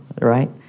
right